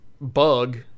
bug